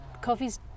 coffees